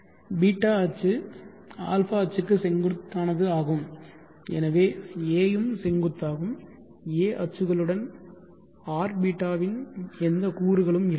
β அச்சு α அச்சுக்கு செங்குத்தானது ஆகும் எனவே a ம் செங்குத்தாகும் a அச்சுகளுடன் rβ இன் எந்த கூறுகளும் இல்லை